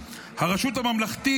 הרשות הממלכתית,